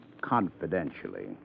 confidentially